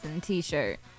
t-shirt